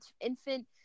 infant